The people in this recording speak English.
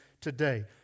today